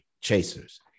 chasers